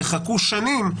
יחכו שנים.